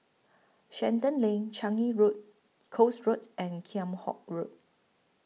Shenton Lane Changi Road Coast Road and Kheam Hock Road